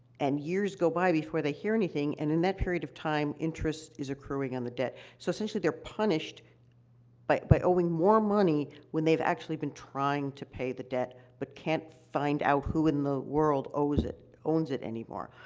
and years go by before they hear anything, and in that period of time, interest is accruing on the debt. so, essentially, they're punished by by owing more money, when they've actually been trying to pay the debt but can't find out who in the world owes it owns it anymore.